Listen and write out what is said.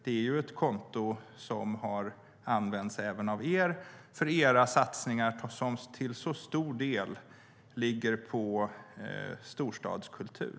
Detta är alltså ett konto som har använts även av er för satsningar som till så stor del ligger på storstadskultur.